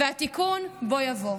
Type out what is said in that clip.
והתיקון בוא יבוא.